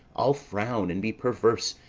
i'll frown, and be perverse,